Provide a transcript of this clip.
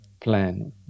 plan